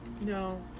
No